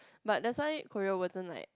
but that's why Korea wasn't like